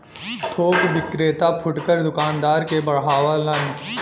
थोक विक्रेता फुटकर दूकानदार के बढ़ावलन